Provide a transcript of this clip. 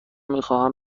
میخواهم